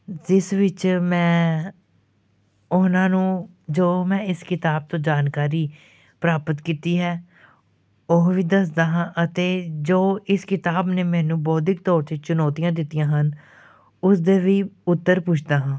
ਜਿਸ ਵਿੱਚ ਮੈਂ ਉਹਨਾਂ ਨੂੰ ਜੋ ਮੈਂ ਇਸ ਕਿਤਾਬ ਤੋਂ ਜਾਣਕਾਰੀ ਪ੍ਰਾਪਤ ਕੀਤੀ ਹੈ ਉਹ ਵੀ ਦੱਸਦਾ ਹਾਂ ਅਤੇ ਜੋ ਇਸ ਕਿਤਾਬ ਨੇ ਮੈਨੂੰ ਬੌਧਿਕ ਤੌਰ 'ਤੇ ਚੁਣੌਤੀਆਂ ਦਿੱਤੀਆਂ ਹਨ ਉਸਦੇ ਵੀ ਉੱਤਰ ਪੁੱਛਦਾ ਹਾਂ